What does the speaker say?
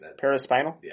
Paraspinal